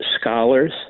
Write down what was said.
scholars